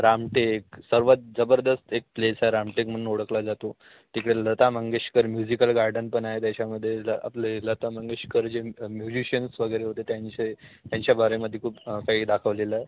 रामटेक सर्वात जबरदस्त एक प्लेस आहे रामटेक म्हणून ओळखला जातो तिकडे लता मंगेशकर म्युझिकल गार्डन पण आहे त्याच्यामध्ये ल आपले लता मंगेशकर जे म्युजिशियन्स वगैरे होते त्यांचे त्यांच्या बारेमध्ये खूप काही दाखवलेलं आहे